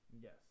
Yes